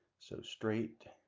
so straight